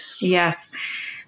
Yes